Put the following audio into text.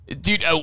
Dude